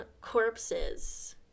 corpses